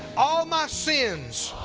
all my sins